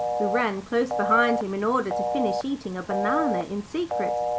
who ran close behind him in order to finish eating a banana in secret.